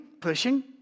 pushing